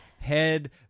head